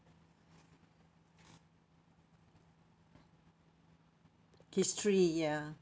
history ya